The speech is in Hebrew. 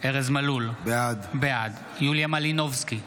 ארז מלול, בעד יוליה מלינובסקי,